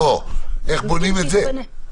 איך בונים את זה?